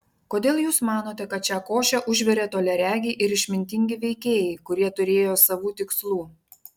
kodėl jūs manote kad šią košę užvirė toliaregiai ir išmintingi veikėjai kurie turėjo savų tikslų